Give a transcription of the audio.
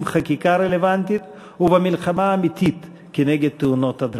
חקיקה רלוונטית ובמלחמה אמיתית כנגד תאונות הדרכים.